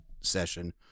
session